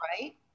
Right